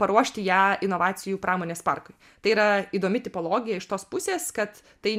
paruošti ją inovacijų pramonės parkui tai yra įdomi tipologija iš tos pusės kad tai